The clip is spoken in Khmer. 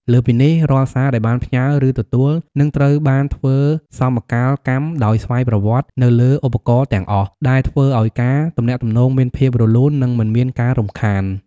លើសពីនេះ រាល់សារដែលបានផ្ញើ ឬទទួល នឹងត្រូវបានធ្វើសមកាលកម្មដោយស្វ័យប្រវត្តិនៅលើឧបករណ៍ទាំងអស់ ដែលធ្វើឱ្យការទំនាក់ទំនងមានភាពរលូន និងមិនមានការរំខាន។